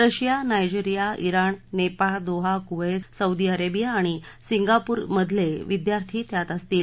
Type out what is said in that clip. Russia Nigeria ज्ञाण Nepal Doha Kuwait Saudi Arabia आणि Singapore मधले विद्यार्थी त्यात असतील